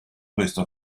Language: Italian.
questo